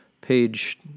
page